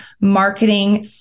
marketing